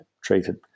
treated